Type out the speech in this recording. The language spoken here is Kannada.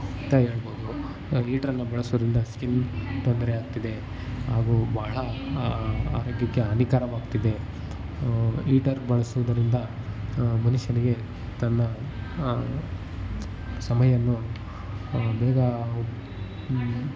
ಅಂತ ಹೇಳ್ಬೋದು ಈಟ್ರನ್ನು ಬಳಸುವುದ್ರಿಂದ ಸ್ಕಿನ್ ತೊಂದರೆ ಆಗ್ತಿದೆ ಹಾಗೂ ಭಾಳ ಆರೋಗ್ಯಕ್ಕೆ ಹಾನಿಕರವಾಗ್ತಿದೆ ಈಟರ್ ಬಳಸುವುದರಿಂದ ಮನುಷ್ಯನಿಗೆ ತನ್ನ ಸಮಯವನ್ನು ಬೇಗ